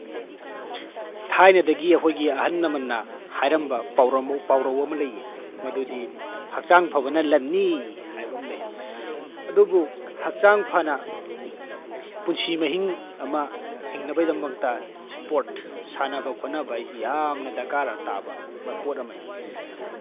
ꯊꯥꯏꯅꯗꯒꯤ ꯑꯩꯈꯣꯏꯒꯤ ꯑꯍꯜ ꯂꯃꯟꯅ ꯍꯥꯏꯔꯝꯕ ꯄꯥꯎꯔꯧ ꯑꯃ ꯂꯩꯑꯦ ꯃꯗꯨꯗꯤ ꯍꯛꯆꯥꯡ ꯐꯕꯅ ꯂꯟꯅꯤ ꯍꯥꯏꯕ ꯑꯃ ꯂꯩ ꯑꯗꯨꯕꯨ ꯍꯛꯆꯥꯡ ꯐꯅ ꯄꯨꯟꯁꯤ ꯃꯍꯤꯡ ꯑꯃ ꯍꯤꯡꯅꯕꯒꯤ ꯗꯃꯛꯇ ꯏꯁꯄꯣꯔꯠ ꯁꯥꯟꯅꯕ ꯈꯣꯠꯅꯕ ꯍꯥꯏꯁꯤ ꯌꯥꯝꯅ ꯗꯔꯀꯥꯔ ꯇꯥꯕ ꯄꯣꯠ ꯑꯃꯅꯤ